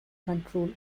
control